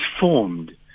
Formed